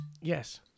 Yes